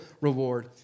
reward